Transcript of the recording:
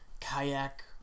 kayak